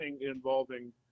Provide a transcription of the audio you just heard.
involving